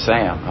Sam